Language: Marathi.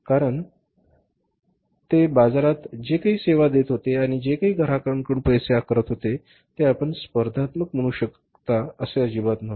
कारण ते बाजारात जे काही सेवा देत होते आणि जे काही ग्राहकांकडून पैसे आकारत होते ते आपण स्पर्धात्मक म्हणू शकता असे अजिबात नव्हते